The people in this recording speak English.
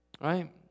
right